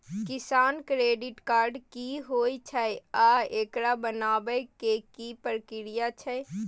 किसान credit card की होयत छै आ एकरा बनाबै के की प्रक्रिया छै?